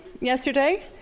yesterday